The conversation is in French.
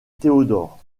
théodore